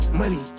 money